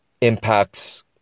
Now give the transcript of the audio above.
impacts